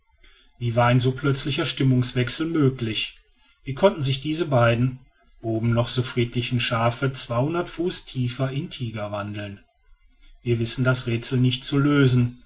wie war ein so plötzlicher stimmungswechsel möglich wie konnten sich diese beiden oben noch so friedlichen schaafe zweihundert fuß tiefer in tiger wandeln wir wissen das räthsel nicht zu lösen